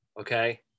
Okay